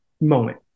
moment